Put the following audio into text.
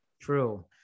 True